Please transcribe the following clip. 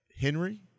Henry